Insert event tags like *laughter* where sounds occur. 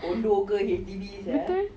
*laughs* betul